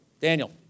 Daniel